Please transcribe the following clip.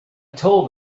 told